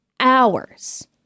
hours